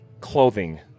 clothing